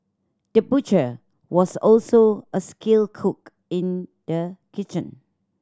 the butcher was also a skilled cook in the kitchen